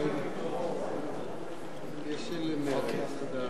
חבר הכנסת חנא סוייד.